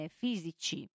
fisici